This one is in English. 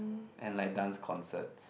and like dance concert